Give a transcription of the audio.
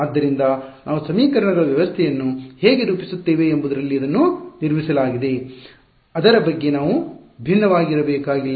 ಆದ್ದರಿಂದ ನಾವು ಸಮೀಕರಣಗಳ ವ್ಯವಸ್ಥೆಯನ್ನು ಹೇಗೆ ರೂಪಿಸುತ್ತೇವೆ ಎಂಬುದರಲ್ಲಿ ಇದನ್ನು ನಿರ್ಮಿಸಲಾಗಿದೆ ಅದರ ಬಗ್ಗೆ ನಾವು ಭಿನ್ನವಾಗಿರಬೇಕಾಗಿಲ್ಲ